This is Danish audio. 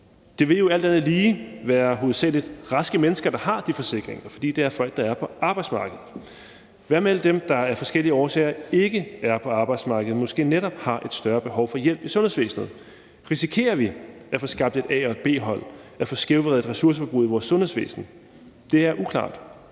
Det vil jo alt andet lige hovedsagelig være raske mennesker, der har de forsikringer, fordi det er folk, der er på arbejdsmarkedet. Hvad med alle dem, der af forskellige årsager ikke er på arbejdsmarkedet, og som måske netop har et større behov for hjælp i sundhedsvæsenet? Risikerer vi at få skabt et A- og et B-hold, altså at få skævvredet ressourceforbruget i vores sundhedsvæsen? Det er uklart.